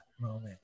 moment